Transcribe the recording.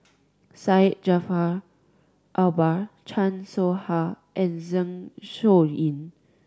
Syed Jaafar Albar Chan Soh Ha and Zeng Shouyin